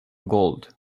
gold